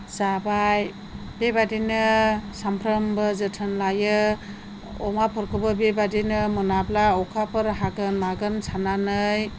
जाबाय बेबायदिनो सानफ्रोमबो जोथोन लायो अमाफोरखौबो बेबायदिनो मोनाब्ला अखाफोर हागोन मागोन साननानै